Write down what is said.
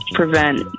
prevent